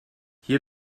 hier